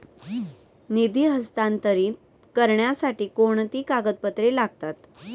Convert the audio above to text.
निधी हस्तांतरित करण्यासाठी कोणती कागदपत्रे लागतात?